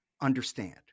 understand